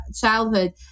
childhood